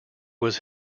was